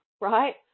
right